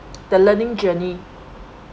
the learning journey